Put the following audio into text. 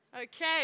Okay